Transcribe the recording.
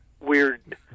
weird